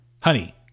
Honey